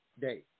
Day